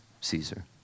Caesar